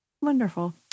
Wonderful